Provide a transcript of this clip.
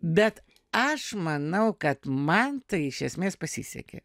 bet aš manau kad man tai iš esmės pasisekė